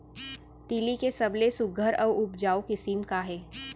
तिलि के सबले सुघ्घर अऊ उपजाऊ किसिम का हे?